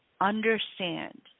understand